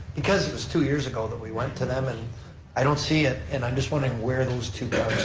because it was two years ago that we went to them and i don't see it and i'm just wondering where those two